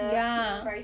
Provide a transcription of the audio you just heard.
ya